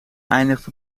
eindigt